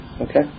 okay